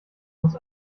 muss